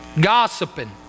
gossiping